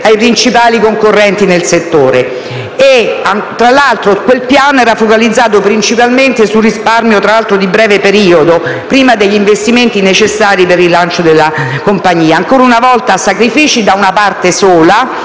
ai principali concorrenti nel settore. Tra l'altro, quel piano era centrato principalmente sul risparmio di breve periodo, prima degli investimenti necessari per il rilancio della compagnia. Ancora una volta sacrifici da una parte sola: